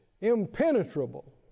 impenetrable